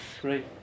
Great